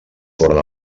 foren